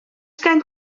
gen